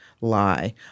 lie